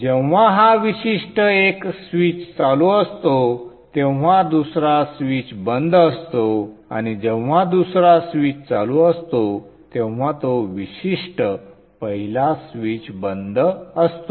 जेव्हा हा विशिष्ट एक स्विच चालू असतो तेव्हा दुसरा स्विच बंद असतो आणि जेव्हा दुसरा स्विच चालू असतो तेव्हा तो विशिष्ट पहिला स्विच बंद असतो